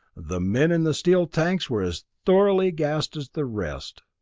the men in the steel tanks were as thoroughly gassed as the rest.